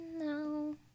no